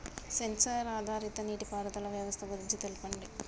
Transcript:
Censor ఆధారిత నీటిపారుదల వ్యవస్థ గురించి తెల్పండి?